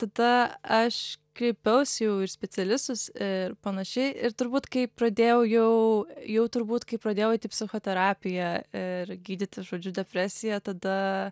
tada aš kreipiausi jau specialistus ir panašiai ir turbūt kai pradėjau jau jau turbūt kai pradėjau eit į psichoterapiją ir gydyti žodžiu depresiją tada